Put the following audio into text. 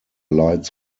lights